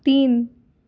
तीन